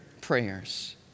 prayers